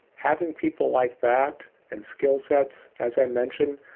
having people like that and skillsets, as i mentioned,